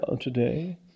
today